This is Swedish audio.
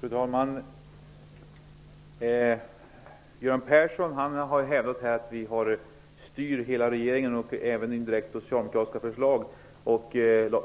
Fru talman! Göran Persson har hävdat att vi styr hela regeringen och även indirekt socialdemokratiska förslag.